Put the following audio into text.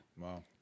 wow